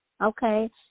Okay